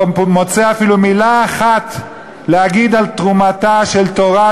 לא מוצא אפילו מילה אחת להגיד על התרומה של תורה,